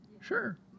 Sure